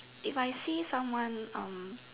if I see someone um